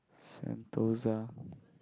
Sentosa